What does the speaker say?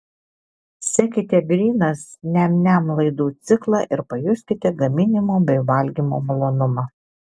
sekite grynas niam niam laidų ciklą ir pajuskite gaminimo bei valgymo malonumą